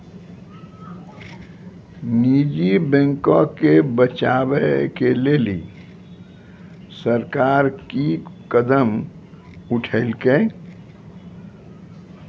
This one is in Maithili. निजी बैंको के बचाबै के लेली सरकार कि कदम उठैलकै?